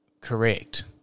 correct